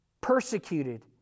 persecuted